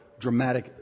dramatic